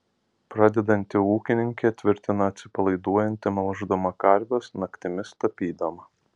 pradedanti ūkininkė tvirtina atsipalaiduojanti melždama karves naktimis tapydama